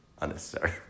Unnecessary